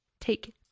take